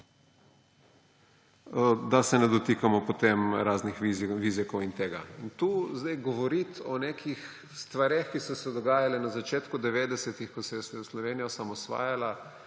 Da se ne dotikamo potem raznih Vizjakov in tega. In tukaj zdaj govoriti o nekih stvareh, ki so se dogajale na začetku 90., ko se je Slovenija osamosvajala,